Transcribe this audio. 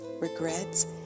regrets